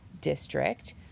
district